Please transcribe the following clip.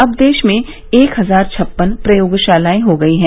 अब देश में एक हजार छप्पन प्रयोगशालाएं हो गई हैं